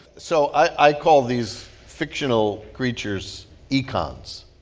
so i call these fictional creatures econs.